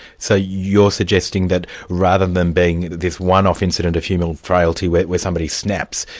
so you're suggesting that rather than being this one-off incident of human frailty where where somebody snaps,